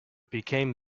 became